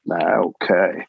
Okay